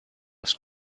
was